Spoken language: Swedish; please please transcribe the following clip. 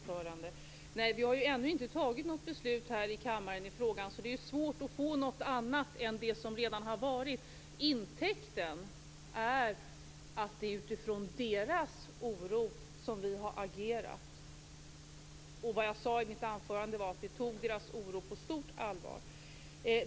Fru talman! Nej, vi har ju ännu inte fattat något beslut i frågan här i kammaren, så det är svårt att få något annat än det som redan har varit. Intäkten är att det är utifrån deras oro som vi har agerat. Vad jag sade i mitt anförande var att vi tog deras oro på stort allvar.